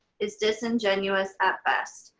it's disingenuous at best.